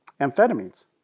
amphetamines